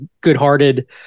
good-hearted